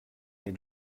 mais